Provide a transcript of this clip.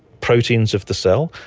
proteins of the cell,